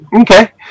Okay